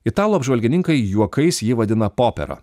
italų apžvalgininkai juokais jį vadina popera